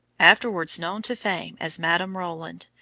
afterwards known to fame as madame roland,